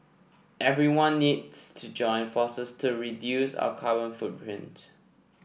everyone needs to join forces to reduce our carbon footprint